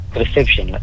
reception